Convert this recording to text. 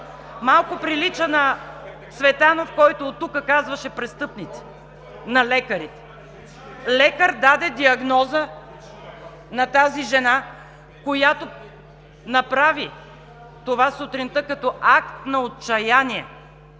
Малко прилича на Цветанов, който оттук казваше „престъпници“ на лекарите. (Силен шум и реплики.) Лекар даде диагноза на тази жена, която направи това сутринта като акт на отчаяние,